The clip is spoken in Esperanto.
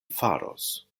faros